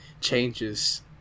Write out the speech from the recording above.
changes